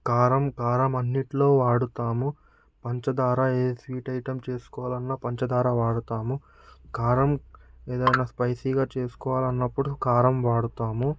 కారం కారం అన్నింటిలోవాడుతాము పంచదార ఏ స్వీట్ ఐటెం చేసుకోవాలన్నా పంచదార వాడుతాము కారం ఏదైనా స్పైసీగా చేసుకోవాలి అనప్పుడు కారం వాడతాము